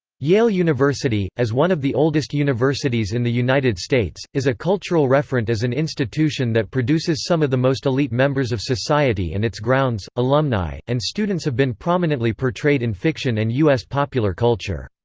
yale university, as one of the oldest universities in the united states, is a cultural referent as an institution that produces some of the most elite members of society and its grounds, alumni, and students have been prominently portrayed in fiction and u s. popular culture.